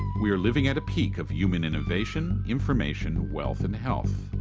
we're living at a peak of human innovation, information, wealth and health.